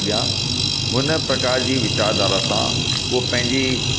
अॻियां हुन प्रकार जी विचारधारा सां हूअ पंहिंजी